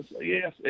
yes